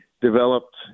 developed